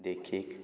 देखीक